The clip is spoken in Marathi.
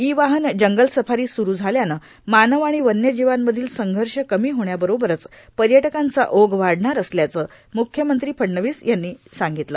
इ वाहन जंगल सफारी स्रु झाल्याने मानव आणि वन्यजीवांमधील संघर्ष कमी होण्याबरोबरच पर्यटकांचा ओघ वाढणार असल्याचे म्ख्यमंत्री फडणवीस यांनी सांगितले